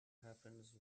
happens